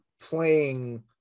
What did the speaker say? playing